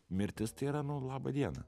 mirtis tai yra nu labą dieną